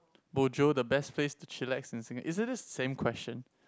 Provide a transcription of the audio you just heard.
bo jio the best place to chillax in Singa~ isn't this the same question